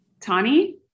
Tani